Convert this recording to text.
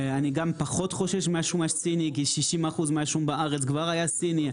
אני גם פחות חושש מהשום הסיני כי 60% מהשום בארץ כבר היה סיני,